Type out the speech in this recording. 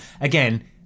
Again